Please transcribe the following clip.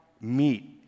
meet